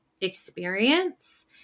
experience